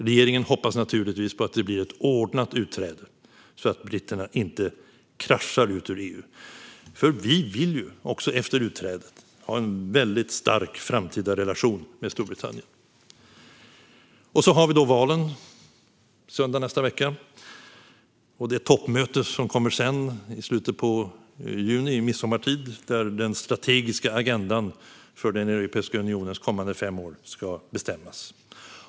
Regeringen hoppas naturligtvis att det blir ett ordnat utträde så att britterna inte kraschar ut ur EU. Vi vill nämligen ha en stark relation med Storbritannien även efter utträdet. Sedan har vi valen på söndag nästa vecka, liksom det toppmöte som kommer därefter - vid midsommartid, i juni - och där den strategiska agendan för Europeiska unionens kommande fem år ska bestämmas.